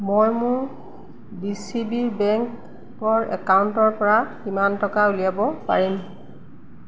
মই মোৰ ডিচিবি বেংকৰ একাউণ্টৰ পৰা কিমান টকা উলিয়াব পাৰিম